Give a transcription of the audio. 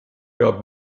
gab